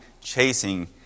chasing